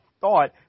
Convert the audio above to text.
thought